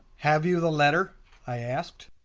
have you the letter i asked.